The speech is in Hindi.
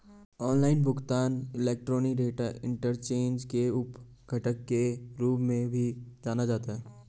ऑनलाइन भुगतान इलेक्ट्रॉनिक डेटा इंटरचेंज के उप घटक के रूप में भी जाना जाता है